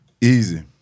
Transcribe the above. Easy